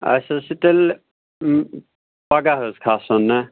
اَسہِ حظ چھُ تیٚلہِ پَگاہ حظ کھسُن نَہ